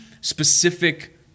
specific